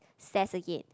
stairs again